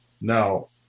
Now